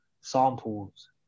samples